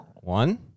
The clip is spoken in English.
One